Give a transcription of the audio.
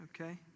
okay